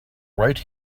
right